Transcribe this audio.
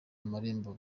amarembo